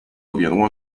reviendrons